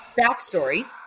backstory